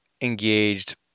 engaged